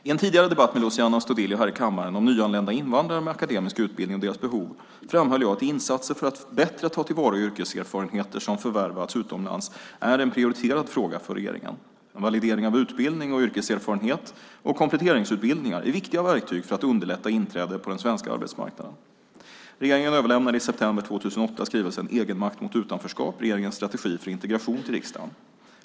I en tidigare debatt med Luciano Astudillo här i kammaren om nyanlända invandrare med akademisk utbildning och deras behov framhöll jag att insatser för att bättre ta till vara yrkeserfarenheter som förvärvats utomlands är en prioriterad fråga för regeringen. Validering av utbildning och yrkeserfarenhet och kompletteringsutbildningar är viktiga verktyg för att underlätta inträde på den svenska arbetsmarknaden. Regeringen överlämnade i september 2008 skrivelsen Egenmakt mot utanförskap - regeringens strategi för integration till riksdagen.